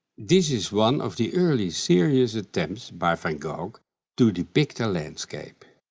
this is one of the early serious attempts by van gogh to depict a landscape.